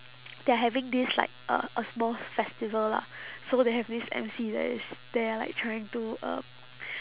they're having this like uh a small festival lah so they have this emcee that is there like trying to uh